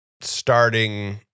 starting